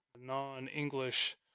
non-English